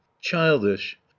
childish